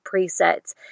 presets